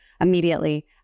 immediately